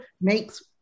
makes